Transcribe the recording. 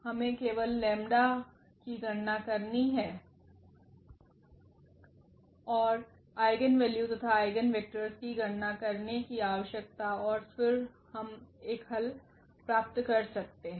हमें केवल लेम्डा की गणना करनी है और आइगेन वैल्यू तथा आइगेन वेक्टरस की गणना करने की आवश्यकता है और फिर हम एक हल प्राप्त सकते हैं